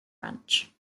ranch